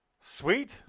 Sweet